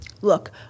look